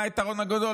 מה היתרון הגדול?